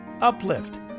Uplift